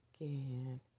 again